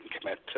commit